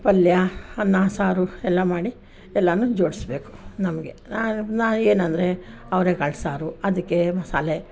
ಪಲ್ಯ ಅನ್ನ ಸಾರು ಎಲ್ಲ ಮಾಡಿ ಎಲ್ಲನೂ ಜೋಡಿಸಬೇಕು ನಮಗೆ ನಾ ನಾ ಏನು ಅಂದರೆ ಅವ್ರೆಕಾಳು ಸಾರು ಅದಕ್ಕೆ ಮಸಾಲೆ